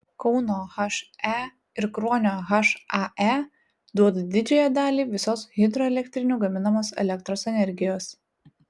kauno he ir kruonio hae duoda didžiąją dalį visos hidroelektrinių gaminamos elektros energijos